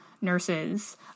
nurses